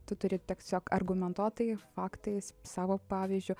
tu turi tiesiog argumentuotai faktais savo pavyzdžiu